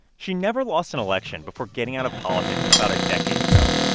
she never lost an election before getting out of politics about a decade ago.